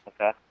Okay